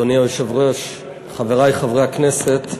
אדוני היושב-ראש, חברי חברי הכנסת,